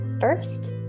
first